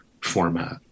format